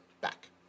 back